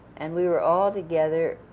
and we were all together,